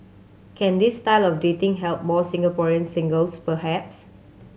can this style of dating help more Singaporean singles perhaps